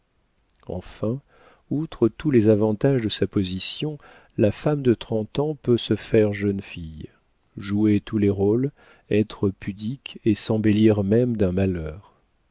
enfin outre tous les avantages de sa position la femme de trente ans peut se faire jeune fille jouer tous les rôles être pudique et s'embellir même d'un malheur